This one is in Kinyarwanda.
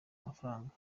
amafaranga